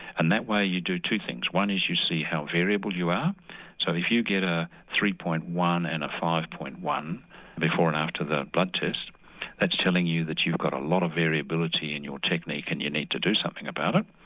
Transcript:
and that way you do two things, one is you see how variable you are so if you get a three. one and a five. one before and after the blood test that's telling you that you've got a lot of variability in your technique and you need to do something about it.